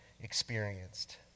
experienced